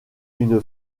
une